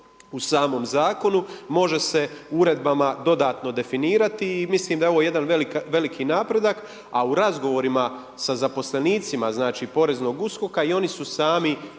u samom zakonu može se uredbama dodatno definirati i mislim da je ovo jedan veliki napredak. A u razgovorima sa zaposlenicima, znači poreznog USKOK-a i oni su sami